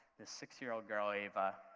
this six-year-old girl, ava,